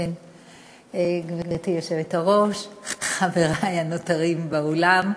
גברתי היושבת-ראש, חברי הנותרים באולם,